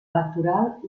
electoral